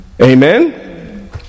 Amen